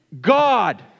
God